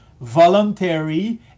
voluntary